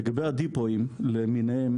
לגבי הדיפו למיניהם